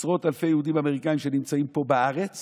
עשרות אלפי יהודים אמריקאים שנמצאים פה בארץ